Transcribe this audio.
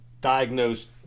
diagnosed